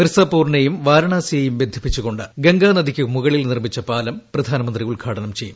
മിർസാപൂറിനെയും വാരണാസിയെയും ബന്ധിപ്പിച്ചുകൊണ്ട് ഗംഗാനദിയ്ക്ക് മുകളിൽ നിർമ്മിച്ച പാലം പ്രധാനമന്ത്രി ഉദ്ഘാടനം ചെയ്യും